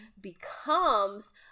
becomes